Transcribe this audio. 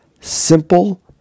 simple